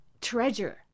treasure